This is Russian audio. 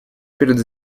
перед